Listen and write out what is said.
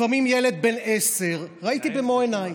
לפעמים הילד בן עשר, ראיתי במו עיניי.